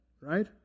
right